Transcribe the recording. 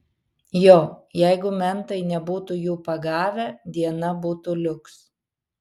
jo jeigu mentai nebūtų jų pagavę diena būtų liuks